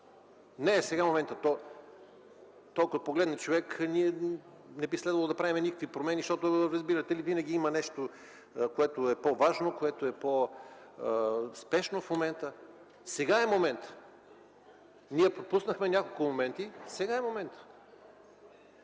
не е сега моментът. Ако човек погледне, не би следвало да правим никакви промени, защото, разбирате ли, винаги има нещо, което е по-важно и по-спешно в момента. Сега е моментът. Ние пропуснахме няколко момента. Сега е моментът.